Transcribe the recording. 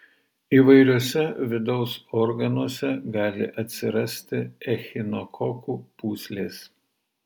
įvairiuose vidaus organuose gali atsirasti echinokokų pūslės